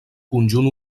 conjunt